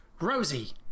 Rosie